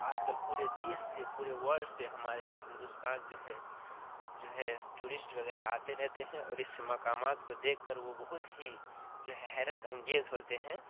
آج کل پورے دیش سے پورے ورلڈ سے ہمارے ہندوستان جو ہے جو ہے ٹوریسٹ وغیرہ آتے رہتے ہیں اور اس مقامات کو دیکھ کر وہ بہت ہی جو ہے حیرت انگیز ہوتے ہیں